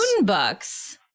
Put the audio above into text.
Moonbucks